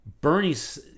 Bernie's